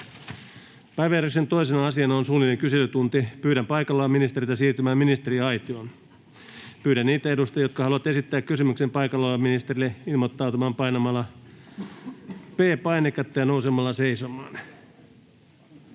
Päiväjärjestyksen 2. asiana on suullinen kyselytunti. Pyydän paikalla olevia ministereitä siirtymään ministeriaitioon. Pyydän niitä edustajia, jotka haluavat esittää kysymyksen paikalla olevalle ministerille, ilmoittautumaan painamalla P-painiketta ja nousemalla seisomaan.